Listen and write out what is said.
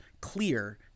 clear